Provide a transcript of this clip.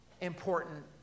important